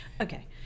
Okay